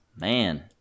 Man